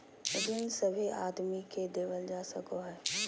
ऋण सभे आदमी के देवल जा सको हय